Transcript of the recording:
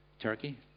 Turkey